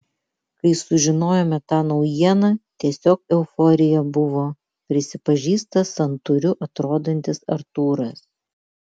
kai sužinojome tą naujieną tiesiog euforija buvo prisipažįsta santūriu atrodantis artūras